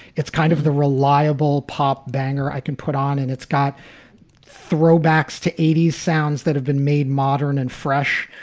it's kind of the reliable pop banger i can put on. and it's got throwbacks to eighty s sounds that have been made modern and fresh.